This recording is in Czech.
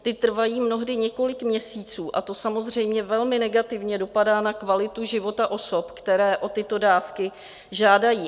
Ta trvají mnohdy několik měsíců a to samozřejmě velmi negativně dopadá na kvalitu života osob, které o tyto dávky žádají.